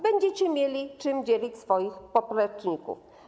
Będziecie mieli czym opłacać swoich popleczników.